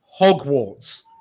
hogwarts